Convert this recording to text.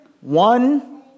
One